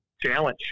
challenge